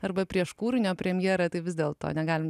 arba prieš kūrinio premjerą tai vis dėlto negalim